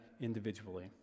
individually